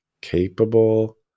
capable